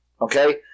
Okay